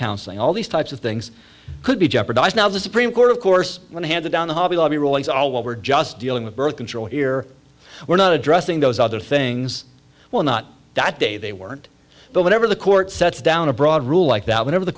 counseling all these types of things could be jeopardised now the supreme court of course when handed down the hobby lobby rulings are what we're just dealing with birth control here we're not addressing those other things well not that day they weren't but whatever the court sets down a broad rule like that whenever the